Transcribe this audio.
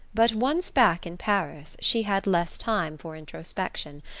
but once back in paris she had less time for introspection,